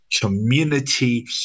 community